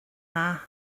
dda